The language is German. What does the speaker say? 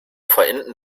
verenden